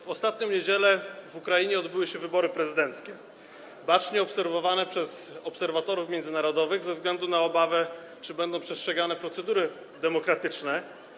W ostatnią niedzielę na Ukrainie odbyły się wybory prezydenckie, które były bacznie obserwowane przez obserwatorów międzynarodowych ze względu na obawę, czy będą przestrzegane procedury demokratyczne.